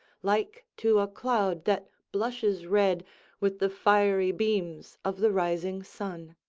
like to a cloud that blushes red with the fiery beams of the rising sun.